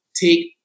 take